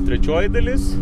trečioji dalis